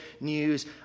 news